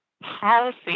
policy